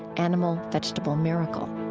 animal, vegetable, miracle